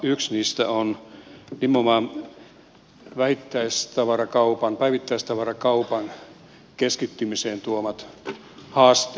yksi niistä on nimenomaan päivittäistavarakaupan keskittymisen tuomat haasteet